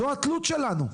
זו התלות שלנו.